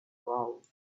round